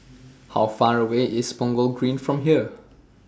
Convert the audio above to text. How Far away IS Punggol Green from here